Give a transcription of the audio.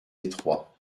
étroits